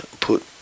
put